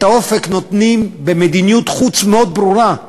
את האופק נותנים במדיניות חוץ מאוד ברורה,